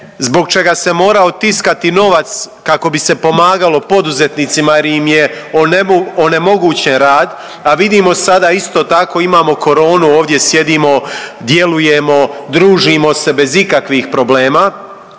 zbog čega se morao tiskati novac kako bi se pomagalo poduzetnicima jer im je onemogućen rad. A vidimo sada isto tako imamo koronu ovdje sjedimo, djelujemo družimo se bez ikakvih problema,